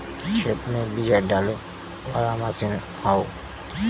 खेत में बिया डाले वाला मशीन हौ